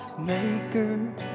Maker